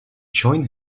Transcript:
join